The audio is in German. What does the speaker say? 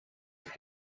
ist